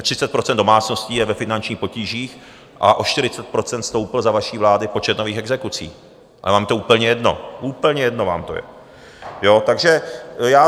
30 % domácností je ve finančních potížích a o 40 % stoupl za vaší vlády počet nových exekucí, a je vám to úplně jedno, úplně jedno vám to je.